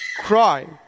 cry